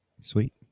Sweet